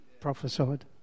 prophesied